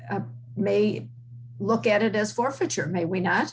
we may look at it as for future may we not